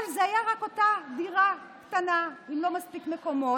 אבל זו הייתה רק אותה דירה קטנה עם לא מספיק מקומות.